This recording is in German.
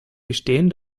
gestehen